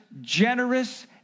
generous